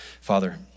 Father